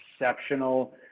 exceptional